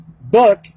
book